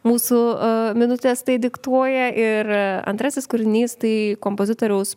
mūsų minutės tai diktuoja ir antrasis kūrinys tai kompozitoriaus